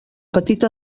petita